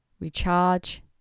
recharge